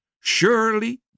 surely